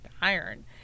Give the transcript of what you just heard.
iron